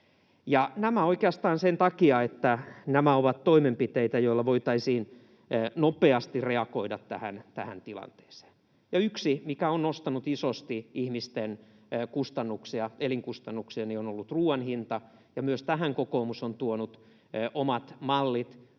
nämä ovat toimenpiteitä, joilla voitaisiin nopeasti reagoida tähän tilanteeseen. Ja yksi, mikä on nostanut isosti ihmisten elinkustannuksia, on ollut ruuan hinta. Myös tähän kokoomus on tuonut omat mallit